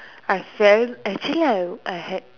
I fell I actually I would I had